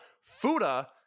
Fuda